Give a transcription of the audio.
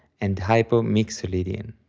and hypomixolydian.